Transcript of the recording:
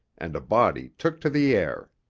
and a body took to the air.